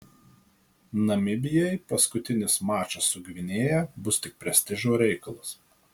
namibijai paskutinis mačas su gvinėja bus tik prestižo reikalas